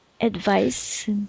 advice